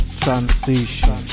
transition